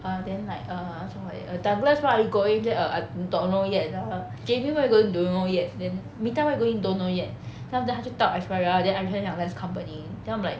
uh then like err 什么来的 uh douglas where are you going say err don't know yet then after that jamie what you gonna do don't know yet then mita where you going don't know then after that 他就到 astriya then astriya 讲 lens company then I'm like